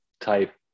type